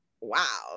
wow